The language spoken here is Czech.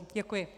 Děkuji.